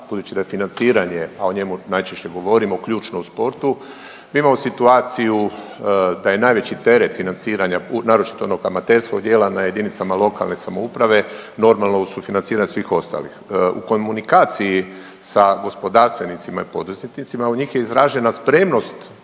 Budući da je financiranje, a o njemu najčešće govorimo, ključno u sportu, mi imamo situaciju da je najveći teret financiranja, naročito onog amaterskog dijela, na JLS normalno uz sufinanciranje svih ostalih. U komunikaciji sa gospodarstvenicima i poduzetnicima u njih je izražena spremnost